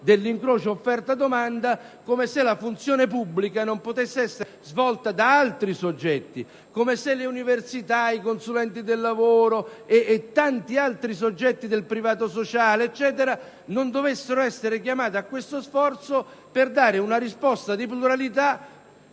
dell'incrocio offerta-domanda come se la funzione pubblica non potesse essere svolta da altri soggetti, come se le università, i consulenti del lavoro e tanti altri soggetti del privato sociale non dovessero essere chiamati a questo sforzo per dare una risposta di pluralità